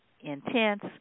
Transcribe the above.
intense